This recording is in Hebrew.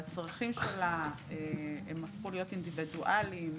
והצרכים שלה, הם הפכו להיות אינדיבידואלים,